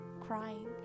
crying